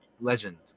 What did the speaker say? Legend